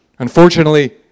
Unfortunately